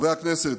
חברי הכנסת,